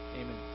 Amen